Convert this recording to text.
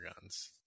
guns